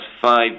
five